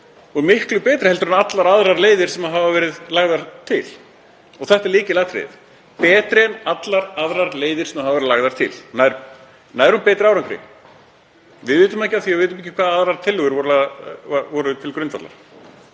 sé miklu betri en allar aðrar leiðir sem hafi verið lagðar til. Það er lykilatriðið: Betri en allar aðrar leiðir sem hafa verið lagðar til. Nær hún betri árangri? Við vitum það ekki af því að við vitum ekki hvaða aðrar tillögur voru lagðar til grundvallar.